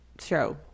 show